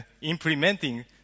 implementing